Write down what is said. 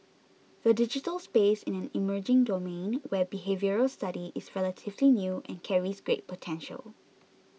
the digital space is an emerging domain where behavioural study is relatively new and carries great potential